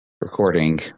recording